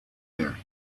there